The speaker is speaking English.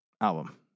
album